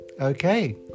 Okay